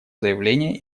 заявление